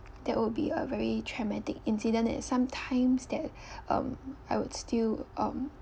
that would be a very traumatic incident and sometimes that um I would still um